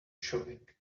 showing